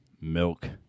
milk